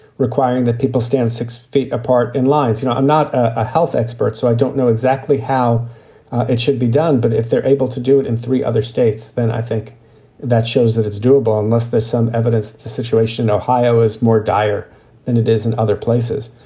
requiring that people stand six feet apart in lines you know, i'm not a health expert, so i don't know exactly how it should be done. but if they're able to do it in three other states, then i think that shows that it's doable unless there's some evidence. the situation in ohio is more dire than it is in other places.